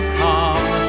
come